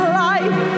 life